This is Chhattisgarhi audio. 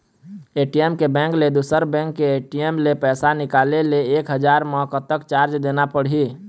ए.टी.एम के बैंक ले दुसर बैंक के ए.टी.एम ले पैसा निकाले ले एक हजार मा कतक चार्ज देना पड़ही?